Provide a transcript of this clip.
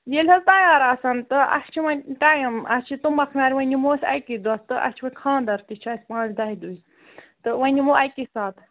ییٚلہِ حظ تیار آسَن تہٕ اَسہِ چھِ وُنہِ ٹایم اَسہِ چھِ تُمبَکھ نارِ وُنہِ نِمو أسۍ اَکی دۄہ تہٕ اَسہِ چھُ وُنہِ خانٛدر تہِ چھُ اَسہِ پانٛژِ دَہہِ دۅہۍ تہٕ وۅنۍ نِمو اَکی ساتہٕ